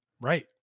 right